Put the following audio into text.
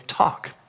talk